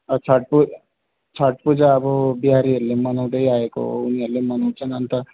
छठ पूजा छठ पूजा अब बिहारीहरूले मनाउदै आएको हो उनीहरूले मनाउछन् अन्त